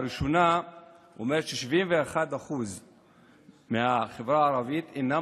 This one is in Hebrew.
הראשונה היא ש-71% מהחברה הערבית אינם